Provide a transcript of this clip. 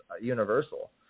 universal